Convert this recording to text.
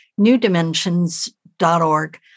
newdimensions.org